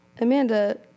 Amanda